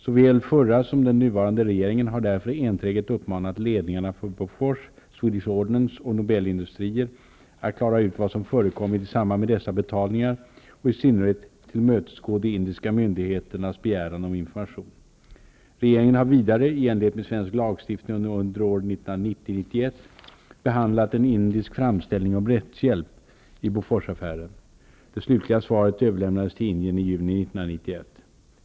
Såväl den förra som den nuvarande regeringen har därför enträget uppmanat ledningarna för Bofors, Swedish Ordnance och Nobel Industrier att klara ut vad som förekommit i samband med dessa betalningar och i synnerhet tillmötesgå de indiska myndigheternas begäran om information. Regeringen har vidare i enlighet med svensk lagstiftning under 1990/1991 behandlat en indisk fram ställning om rättshjälp i Boforsaffären. Det slutliga svenska svaret överläm nades till Indien i juni 1991.